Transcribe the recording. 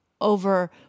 over